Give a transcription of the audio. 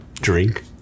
Drink